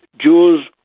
Jews